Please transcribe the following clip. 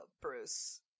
Bruce